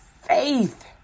faith